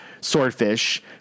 swordfish